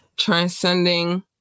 transcending